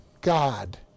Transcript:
God